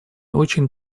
очень